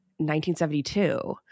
1972